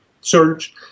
search